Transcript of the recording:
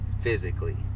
physically